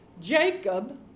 Jacob